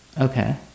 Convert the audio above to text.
Okay